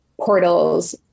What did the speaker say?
portals